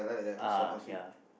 uh ya